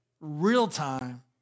real-time